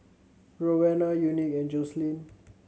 Roena Unique and Joselyn